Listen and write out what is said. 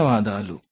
ధన్యవాదాలు